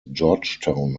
georgetown